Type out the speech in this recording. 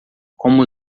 como